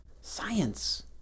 Science